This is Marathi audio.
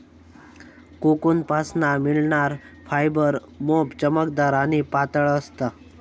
कोकूनपासना मिळणार फायबर मोप चमकदार आणि पातळ असता